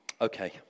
Okay